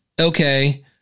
okay